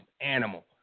animal